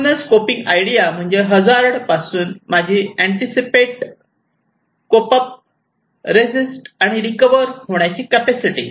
म्हणूनच coping idea म्हणजे hazard पासून माझी अँटीसिपेट कोपअप् रेसिस्ट आणि रिकव्हर होण्याची कॅपॅसिटी